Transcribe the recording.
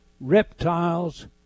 reptiles